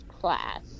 Class